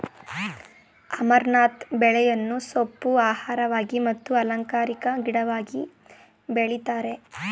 amaranth ಬೆಳೆಯನ್ನು ಸೊಪ್ಪು, ಆಹಾರವಾಗಿ ಮತ್ತು ಅಲಂಕಾರಿಕ ಗಿಡವಾಗಿ ಬೆಳಿತರೆ